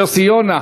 יוסי יונה?